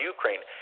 Ukraine